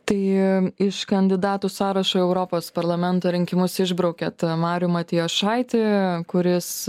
tai iš kandidatų sąrašo europos parlamento rinkimus išbraukiat marių matijošaitį kuris